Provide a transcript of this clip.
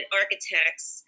architects